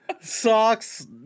Socks